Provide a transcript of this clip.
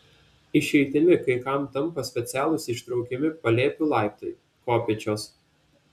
išeitimi kai kam tampa specialūs ištraukiami palėpių laiptai kopėčios